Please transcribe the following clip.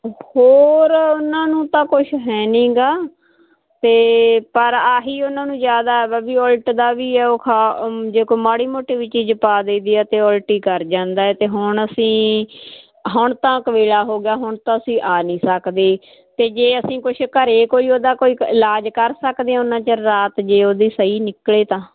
ਹੋਰ ਉਹਨਾਂ ਨੂੰ ਤਾਂ ਕੁਝ ਹੈ ਨਹੀਂ ਗਾ ਤੇ ਪਰ ਆਹੀ ਉਹਨਾਂ ਨੂੰ ਯਾਦ ਆਇਆ ਵੀ ਉਲਟ ਦਾ ਵੀ ਜੇ ਕੋਈ ਮਾੜੀ ਮੋਟੀ ਵੀ ਚੀਜ ਪਾ ਦਈ ਦੀ ਆ ਤੇ ਉਲਟੀ ਕਰ ਜਾਂਦਾ ਤੇ ਹੁਣ ਅਸੀਂ ਹੁਣ ਤਾਂ ਕਵੇਲਾ ਹੋ ਗਿਆ ਹੁਣ ਤਾਂ ਅਸੀਂ ਆ ਨਹੀਂ ਸਕਦੇ ਤੇ ਜੇ ਅਸੀਂ ਕੁਝ ਘਰੇ ਕੋਈ ਉਹਦਾ ਕੋਈ ਇਲਾਜ ਕਰ ਸਕਦੇ ਹੋ ਉਨਾ ਚਿਰ ਰਾਤ ਜੇ ਉਹਦੀ ਸਹੀ ਨਿਕਲੇ ਤਾਂ